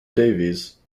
davies